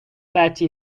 thirty